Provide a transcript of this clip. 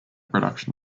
production